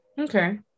Okay